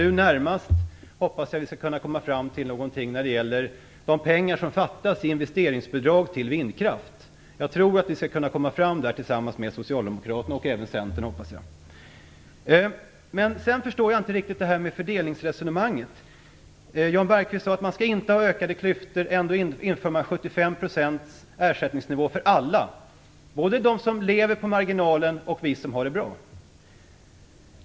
Nu närmast hoppas jag att vi skall kunna komma fram till någonting när det gäller de pengar som fattas i investeringsbidrag till vindkraft. Jag tror att vi skall kunna komma fram till något på den punkten tillsammans med Socialdemokraterna och - hoppas jag - även Centern. Däremot förstår jag inte riktigt det här fördelningsresonemanget. Jan Bergqvist sade att vi inte skall ha några ökade klyftor, men ändå inför man 75 % ersättningsnivå för alla, både för dem som lever på marginalen och för oss som har det bra.